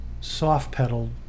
soft-pedaled